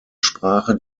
sprache